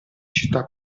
città